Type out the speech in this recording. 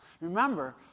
Remember